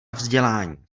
vzdělání